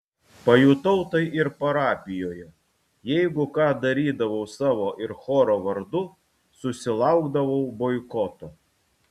pajutau tai ir parapijoje jeigu ką darydavau savo ir choro vardu susilaukdavau boikoto